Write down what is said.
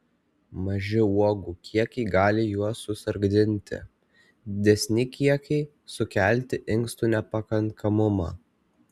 maži uogų kiekiai gali juos susargdinti didesni kiekiai sukelti inkstų nepakankamumą